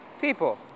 people